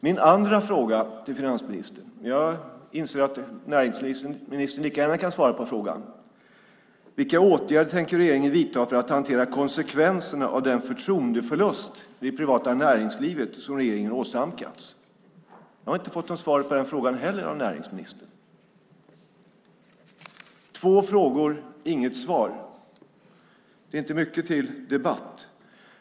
Min andra fråga till finansministern - jag inser att näringsministern lika gärna kan svara på frågan - var: Vilka åtgärder tänker regeringen vidta för att hantera konsekvenserna av den förtroendeförlust hos det privata näringslivet som regeringen har åsamkats? Jag har inte fått något svar på den frågan heller. Två frågor - inget svar. Det är inte mycket till debatt.